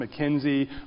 McKinsey